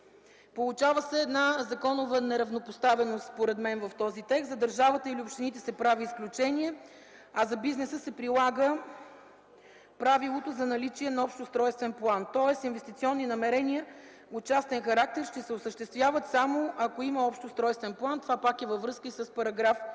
получава законова неравнопоставеност – за държавата или общините се прави изключение, а за бизнеса се прилага правилото за наличие на общ устройствен план. Тоест инвестиционни намерения от частен характер ще се осъществяват само ако има общ устройствен план. Това пак е във връзка и с § 117.